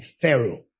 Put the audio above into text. Pharaoh